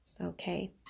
Okay